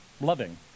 loving